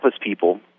people